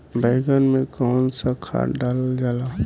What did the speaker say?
बैंगन में कवन सा खाद डालल जाला?